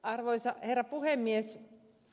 arvoisa herra puhemies